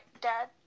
dad